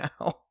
now